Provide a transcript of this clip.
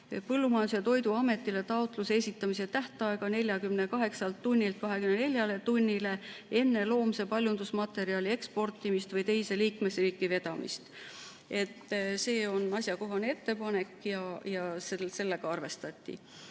Põllumajandus- ja Toiduametile taotluse esitamise tähtaega 48‑lt tunnilt 24-le tunnile enne loomse paljundusmaterjali eksportimist või teise liikmesriiki vedamist. See on asjakohane ettepanek ja sellega arvestati.